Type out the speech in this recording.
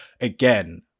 again